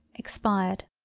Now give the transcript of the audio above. expired.